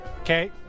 Okay